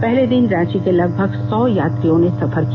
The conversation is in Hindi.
पहले दिन रांची से लगभग सौ यात्रियों ने सफर किया